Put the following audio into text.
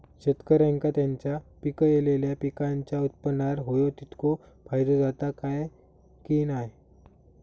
शेतकऱ्यांका त्यांचा पिकयलेल्या पीकांच्या उत्पन्नार होयो तितको फायदो जाता काय की नाय?